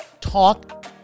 talk